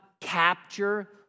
capture